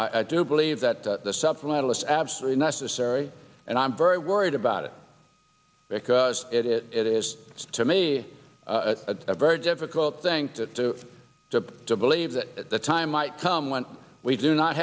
i do believe that the supplemental is absolutely necessary and i'm very worried about it because it is it is to me a very difficult thing to do to to believe that the time might come when we do not